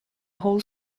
whole